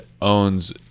owns